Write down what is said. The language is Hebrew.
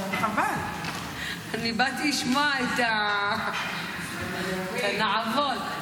יו"ר הישיבה, כנסת נכבדה,